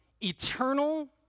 eternal